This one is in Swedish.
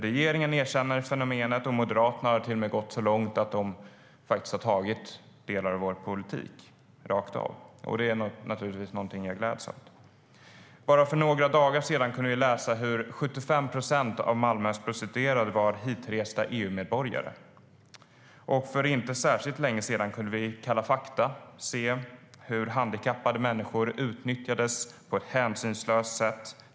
Regeringen erkänner fenomenet, och Moderaterna har till och med gått så långt att de har tagit delar av vår politik rakt av. Det gläds jag naturligtvis åt. Bara för några dagar sedan kunde vi läsa hur 75 procent av Malmös prostituerade var hitresta EU-medborgare. Och för inte särskilt länge sedan kunde vi i Kalla Fakta se hur handikappade människor utnyttjades på ett hänsynslöst sätt.